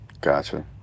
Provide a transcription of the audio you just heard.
Gotcha